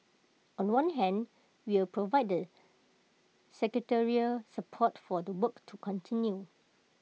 on one hand we'll provide the secretariat support for the work to continue